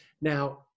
Now